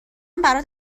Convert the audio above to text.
برات